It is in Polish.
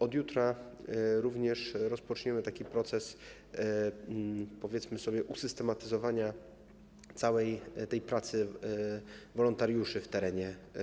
Od jutra również rozpoczniemy proces, powiedzmy, usystematyzowania całej tej pracy wolontariuszy w terenie.